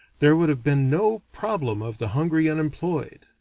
there would have been no problem of the hungry unemployed,